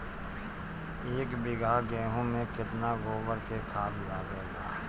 एक बीगहा गेहूं में केतना गोबर के खाद लागेला?